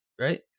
right